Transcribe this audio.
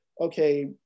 okay